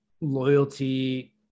loyalty